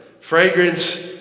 Fragrance